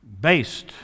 based